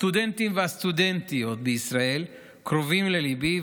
הסטודנטים והסטודנטיות בישראל קרובים לליבי,